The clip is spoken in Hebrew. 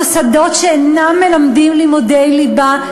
מוסדות שאינם מלמדים לימודי ליבה,